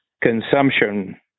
consumption